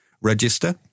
register